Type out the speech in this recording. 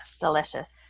Delicious